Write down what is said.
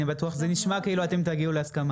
זה נשמע שאתם כאילו תגיעו להסכמה.